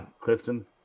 Clifton